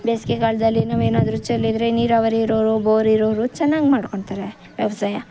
ಬೇಸಿಗೆಗಾಲ್ದಲ್ಲಿ ನಾವೇನಾದ್ರೂ ಚೆಲ್ಲಿದ್ದರೆ ನೀರಾವರಿ ಇರೋರು ಬೋರ್ ಇರೋರು ಚೆನ್ನಾಗಿ ಮಾಡ್ಕೊಳ್ತಾರೆ ವ್ಯವಸಾಯ